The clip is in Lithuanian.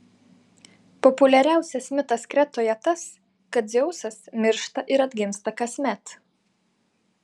populiariausias mitas kretoje tas kad dzeusas miršta ir atgimsta kasmet